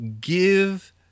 give